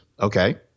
Okay